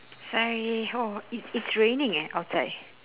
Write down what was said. sorry oh i~ it's raining eh outside